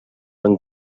van